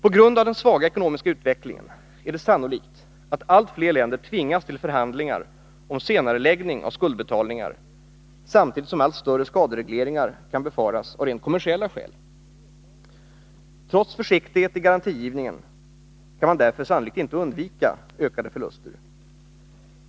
På grund av den svaga ekonomiska utvecklingen är det sannolikt att allt fler länder tvingas till förhandlingar om senareläggning av skuldbetalningar, samtidigt som allt större skaderegleringar kan befaras av rent kommersiella skäl. Trots försiktighet i garantigivningen kan man därför sannolikt inte undvika ökade förluster.